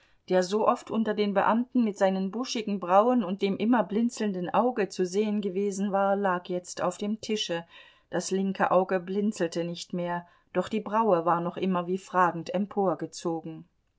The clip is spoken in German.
der so oft unter den beamten mit seinen buschigen brauen und dem immer blinzelnden auge zu sehen gewesen war lag jetzt auf dem tische das linke auge blinzelte nicht mehr doch die braue war noch immer wie fragend